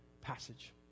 passage